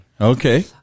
Okay